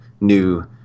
new